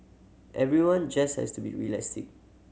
everyone just has to be realistic